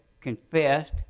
confessed